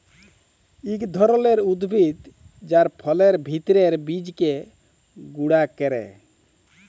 ইক ধরলের উদ্ভিদ যার ফলের ভিত্রের বীজকে গুঁড়া ক্যরে